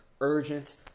urgent